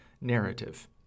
narrative